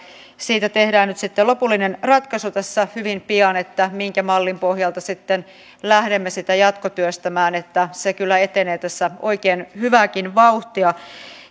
siitä tehdään lopullinen ratkaisu hyvin pian että minkä mallin pohjalta sitten lähdemme sitä jatkotyöstämään eli se kyllä etenee tässä oikein hyvääkin vauhtia